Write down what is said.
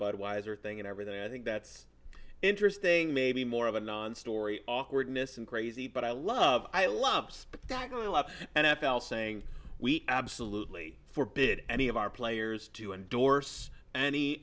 budweiser thing and everything i think that's interesting maybe more of a non story awkwardness and crazy but i love i love spectacular law and f l saying we absolutely forbidden any of our players to endorse any